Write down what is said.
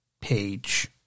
page